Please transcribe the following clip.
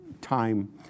time